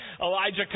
Elijah